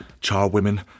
charwomen